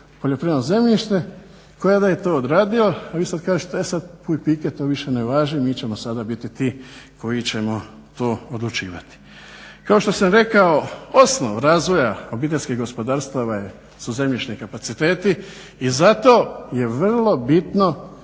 poljoprivredno zemljište, … da je to odradio vi sada kažete e sad puj pike to sada ne važi mi ćemo sada biti ti koji ćemo to odlučivati. Kao što sam rekao osnov razvoja obiteljskih gospodarstava je su zemljišni kapaciteti i zato je vrlo bitno